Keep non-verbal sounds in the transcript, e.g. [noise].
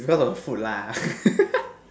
because of food lah [laughs]